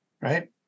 right